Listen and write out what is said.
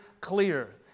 clear